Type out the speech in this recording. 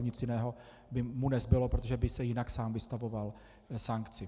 Nic jiného mu nezbylo, protože by se jinak sám vystavoval sankci.